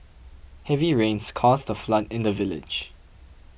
heavy rains caused the flood in the village